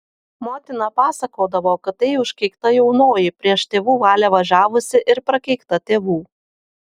motina pasakodavo kad tai užkeikta jaunoji prieš tėvų valią važiavusi ir prakeikta tėvų